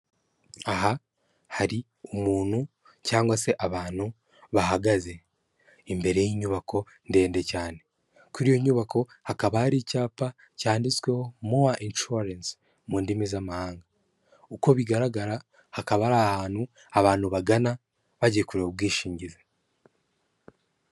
Aha hari umuntu cyangwa se abantu bahagaze imbere y'inyubako ndende cyane, kuri iyo nyubako hakaba hari icyapa cyanditsweho mowa inshuwarensi mu ndimi z'amahanga, uko bigaragara hakaba ari ahantu abantu bagana bagiye kureba ubwishingizi.